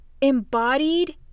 embodied